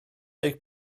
deg